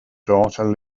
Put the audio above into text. daughter